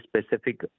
specific